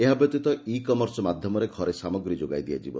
ଏହାବ୍ୟତୀତ e commerce ମାଧ୍ଧମରେ ଘରେ ସାମଗ୍ରୀ ଯୋଗାଇ ଦିଆଯିବ